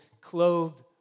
clothed